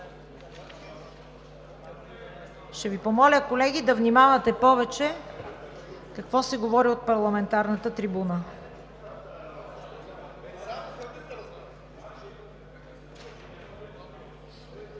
Ще Ви помоля, колеги, да внимавате повече какво се говори от парламентарната трибуна.